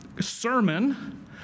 sermon